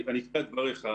אני אקטע את דבריך.